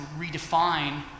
redefine